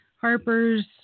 Harper's